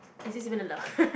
is this even allowed